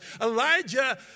Elijah